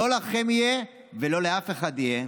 לא לכם יהיה ולא לאף אחד יהיה.